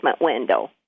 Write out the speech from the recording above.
window